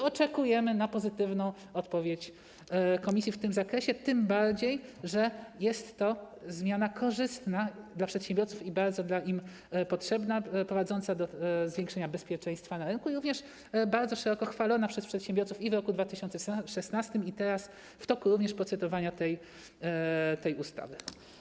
Oczekujemy na pozytywną odpowiedź Komisji w tym zakresie, tym bardziej że jest to zmiana korzystna dla przedsiębiorców i bardzo im potrzebna, prowadząca do zwiększenia bezpieczeństwa na rynku, jak również bardzo szeroko chwalona przez przedsiębiorców i w roku 2016, i teraz, podczas procedowania nad tą ustawą.